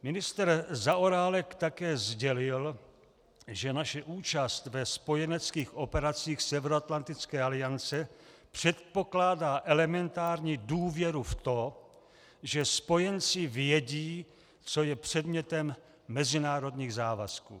Ministr Zaorálek také sdělil, že naše účast ve spojeneckých operacích Severoatlantické aliance předpokládá elementární důvěru v to, že spojenci vědí, co je předmětem mezinárodních závazků.